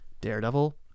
Daredevil